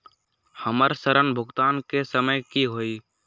हमर ऋण भुगतान के समय कि होई?